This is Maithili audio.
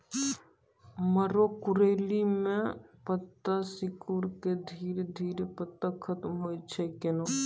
मरो करैली म पत्ता सिकुड़ी के धीरे धीरे पत्ता खत्म होय छै कैनै?